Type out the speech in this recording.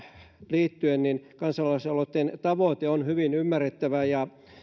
liittyen niin kansalaisaloitteen tavoite on hyvin ymmärrettävä ja